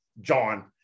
john